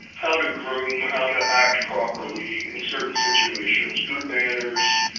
how to groom, how to act properly in certain situations, good manners,